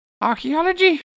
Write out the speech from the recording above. Archaeology